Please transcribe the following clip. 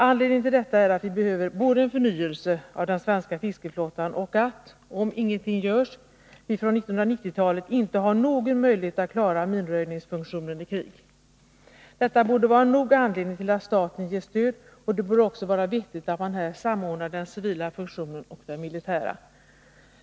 Anledningen till detta är att vi behöver både en förnyelse av den svenska fiskeflottan och att, om ingenting görs, vi på 1990-talet inte har någon möjlighet att klara av minröjningsfunktionen i krig. Detta borde vara anledning nog till att staten ger stöd, och det borde också vara vettigt att man här samordnar den civila funktionen och den militära.